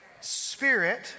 Spirit